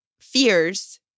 fears